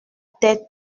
tête